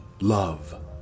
love